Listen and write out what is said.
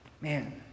man